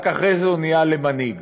רק אחרי זה הוא נהיה למנהיג.